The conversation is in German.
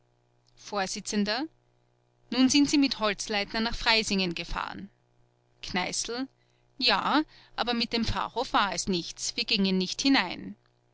vors nun sind sie mit holzleitner nach freysingen gefahren kneißl ja aber mit dem pfarrhof war es nichts wir gingen nicht hinein